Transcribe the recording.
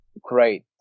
great